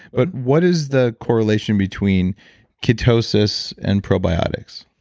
but what is the correlation between ketosis and probiotics?